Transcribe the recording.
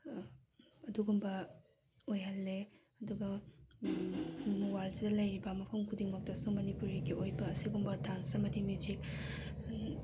ꯑꯗꯨꯒꯨꯝꯕ ꯑꯣꯏꯍꯜꯂꯦ ꯑꯗꯨꯒ ꯋꯥꯔꯜꯁꯤꯗ ꯂꯩꯔꯤꯕ ꯃꯐꯝ ꯈꯨꯗꯤꯡꯃꯛꯇꯁꯨ ꯃꯅꯤꯄꯨꯔꯤꯒꯤ ꯑꯣꯏꯕ ꯁꯤꯒꯨꯝꯕ ꯗꯥꯟꯁ ꯑꯃꯗꯤ ꯃ꯭ꯌꯨꯖꯤꯛ